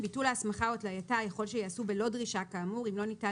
ביטול ההסמכה או התלייתה יכול שייעשו בלא דרישה כאמור אם לא ניתן